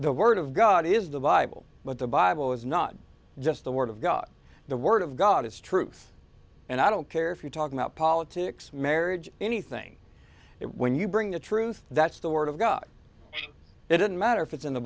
the word of god is the bible but the bible is not just the word of god the word of god is truth and i don't care if you talk about politics marriage anything it when you bring the truth that's the word of god it doesn't matter if it's in the